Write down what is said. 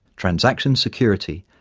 transactions security,